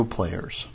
Players